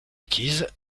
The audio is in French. acquises